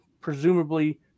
presumably